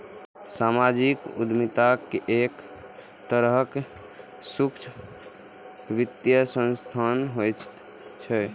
सामाजिक उद्यमिता एक तरहक सूक्ष्म वित्तीय संस्थान होइ छै